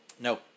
No